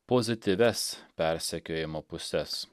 pozityvias persekiojimo puses